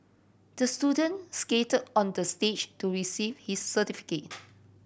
the student skate onto the stage to receive his certificate